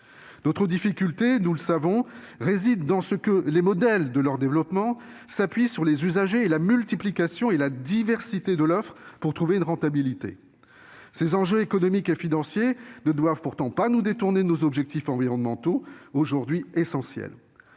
Notre difficulté, nous le savons, réside dans ce que les modèles de leur développement s'appuient sur les usagers ainsi que sur la multiplication et la diversité de l'offre en vue de trouver une rentabilité. Ces enjeux économiques et financiers ne doivent pourtant pas nous détourner de nos objectifs environnementaux, aujourd'hui essentiels.